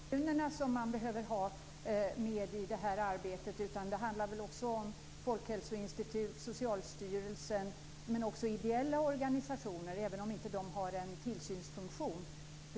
Herr talman! Det är inte bara kommunerna som man behöver ha med i det här arbetet utan det handlar väl också om Folkhälsoinstitutet och Socialstyrelsen liksom om ideella organisationer, även om dessa inte har en tillsynsfunktion.